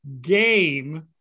game